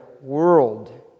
world